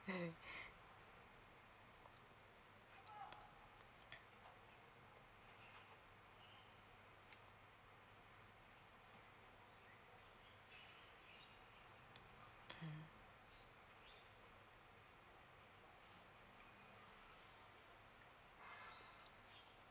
mm